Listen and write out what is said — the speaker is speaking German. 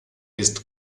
ist